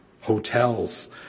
hotels